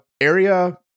area